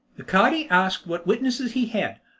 the cadi asked what witnesses he had.